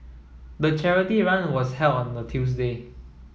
the charity run was held on a Tuesday